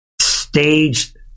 staged